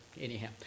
anyhow